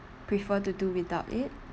prefer to do without it